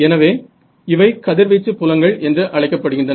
எனவே இவை கதிர்வீச்சு புலங்கள் என்று அழைக்கப்படுகின்றன